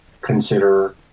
consider